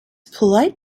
polite